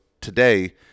today